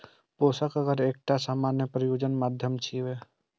पोषक अगर एकटा सामान्य प्रयोजन माध्यम छियै